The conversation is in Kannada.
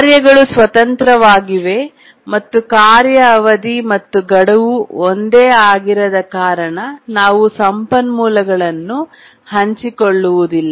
ಕಾರ್ಯಗಳು ಸ್ವತಂತ್ರವಾಗಿವೆ ಮತ್ತು ಕಾರ್ಯ ಅವಧಿ ಮತ್ತು ಗಡುವು ಒಂದೇ ಆಗಿರದ ಕಾರಣ ಅವು ಸಂಪನ್ಮೂಲಗಳನ್ನು ಹಂಚಿಕೊಳ್ಳುವುದಿಲ್ಲ